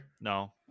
no